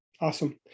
Awesome